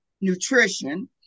nutrition